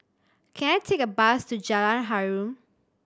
can I take a bus to Jalan Harum